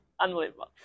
unbelievable